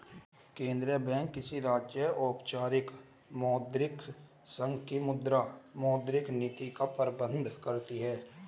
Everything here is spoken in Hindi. केंद्रीय बैंक किसी राज्य, औपचारिक मौद्रिक संघ की मुद्रा, मौद्रिक नीति का प्रबन्धन करती है